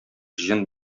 җен